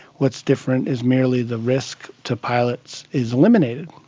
what's different is merely the risk to pilots is eliminated.